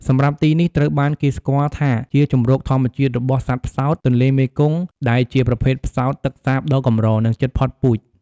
សម្រាប់ទីនេះត្រូវបានគេស្គាល់ថាជា ជម្រកធម្មជាតិរបស់សត្វផ្សោតទន្លេមេគង្គដែលជាប្រភេទផ្សោតទឹកសាបដ៏កម្រ និងជិតផុតពូជ ។